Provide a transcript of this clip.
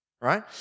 right